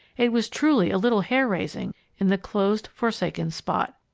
it was truly a little hair-raising in the closed, forsaken spot.